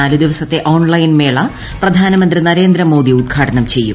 നാല് ദിവസത്തെ ഓൺലൈൻ മേള പ്രധാനമന്ത്രി നരേന്ദ്ര മോദി ഉദ്ഘാടനം ചെയ്യും